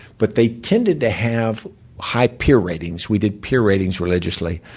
but they tended to have high peer ratings we did peer ratings religiously.